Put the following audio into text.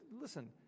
listen